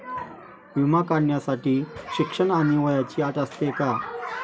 विमा काढण्यासाठी शिक्षण आणि वयाची अट असते का?